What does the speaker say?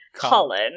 Colin